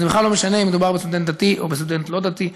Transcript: וזה בכלל לא משנה אם מדובר בסטודנט דתי או בסטודנט לא דתי.